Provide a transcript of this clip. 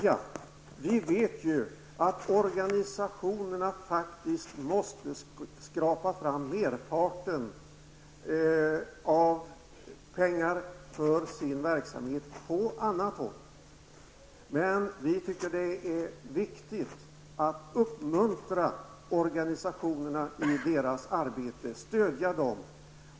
Vi vet ju att organisationerna faktiskt måste skrapa fram merparten av pengarna för sin verksamhet på annat håll. Men vi tycker alltså att det är viktigt att uppmuntra och stödja organisationerna i deras arbete.